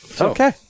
Okay